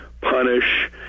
punish